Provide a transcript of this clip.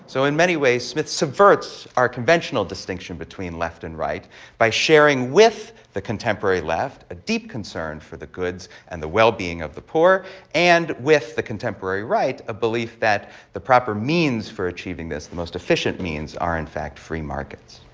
so in many ways, smith subverts our conventional distinction between left and right by sharing with the contemporary left a deep concern for the goods and the well-being of the poor and with the contemporary right a belief that the proper means for achieving this, the most efficient means are, in fact, free markets.